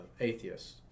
atheists